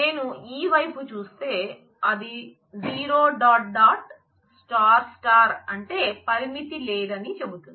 నేను ఈ వైపు చూస్తే అది 0 డాట్ డాట్ స్టార్ స్టార్ అంటే పరిమితి లేదని చెబుతుంది